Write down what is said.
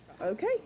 Okay